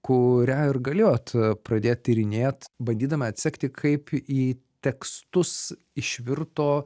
kurią ir galėjot pradėt tyrinėt bandydami atsekti kaip į tekstus išvirto